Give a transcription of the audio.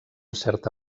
certa